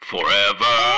forever